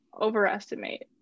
overestimate